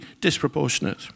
disproportionate